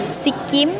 Sikkim